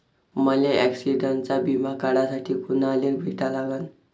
मले ॲक्सिडंटचा बिमा काढासाठी कुनाले भेटा लागन?